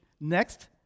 next